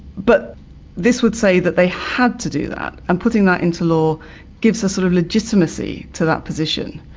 but this would say that they had to do that. and putting that into law gives a sort of legitimacy to that position.